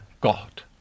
God